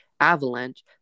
avalanche